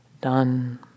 done